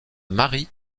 marie